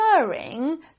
referring